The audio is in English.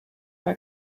our